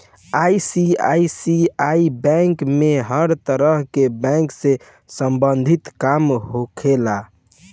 ICICI bank में हर तरह के बैंक से सम्बंधित काम होखेला